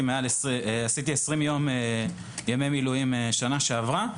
עשיתי 20 ימי מילואים שנה שעברה,